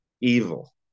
evil